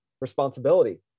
responsibility